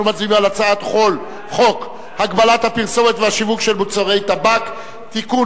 אנחנו מצביעים על הצעת חוק הגבלת הפרסומת והשיווק של מוצרי טבק (תיקון,